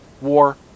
war